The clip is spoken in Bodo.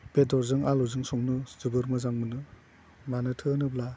बेदरजों आलुजों संनो जोबोर मोजां मोनो मानो होनोब्ला